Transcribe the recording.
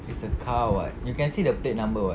is a car [what] you can see the plate number [what]